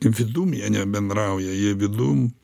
vidum jie nebendrauja jie vidum